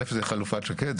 זה חלופת שקד,